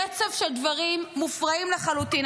רצף של דברים מופרעים לחלוטין.